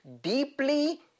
deeply